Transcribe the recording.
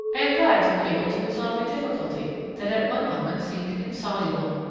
i am glad to be able to resolve a difficulty that at one moment seemed insoluble.